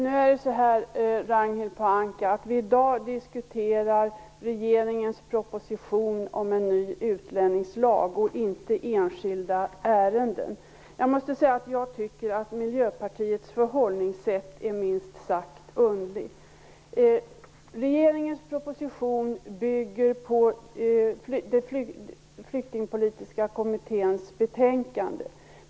Herr talman! I dag diskuterar vi regeringens proposition om en ny utlänningslag, inte enskilda ärenden. Jag tycker att Miljöpartiets förhållningssätt är minst sagt underligt. Regeringens proposition bygger på Flyktingpolitiska kommitténs betänkande.